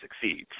succeeds